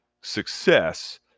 success